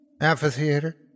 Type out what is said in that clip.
Amphitheater